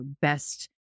best